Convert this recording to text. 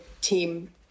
team